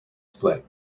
split